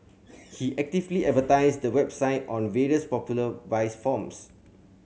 he actively advertised the website on various popular vice forums